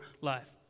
life